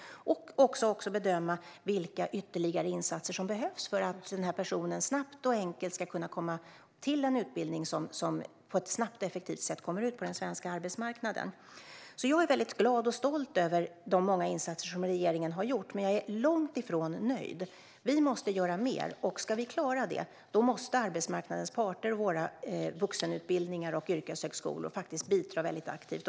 Denne målare kan även bedöma vilka ytterligare insatser som behövs för att personen snabbt och enkelt ska komma till en utbildning så att hen snabbt och effektivt kommer ut på den svenska arbetsmarknaden. Jag är glad och stolt över de många insatser som regeringen har gjort, men jag är långt ifrån nöjd. Vi måste göra mer. Om vi ska klara det måste arbetsmarknadens parter, våra vuxenutbildningar och yrkeshögskolor bidra aktivt.